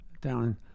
down